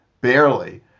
barely